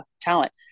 talent